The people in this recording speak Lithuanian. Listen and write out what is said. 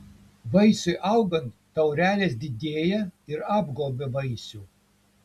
vaisiui augant taurelės didėja ir apgaubia vaisių